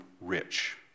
rich